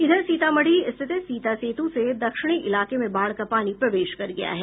इधर सीतामढ़ी स्थित सीता सेतू से दक्षिणी इलाके में बाढ़ का पानी प्रवेश कर गया है